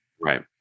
right